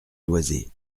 loizé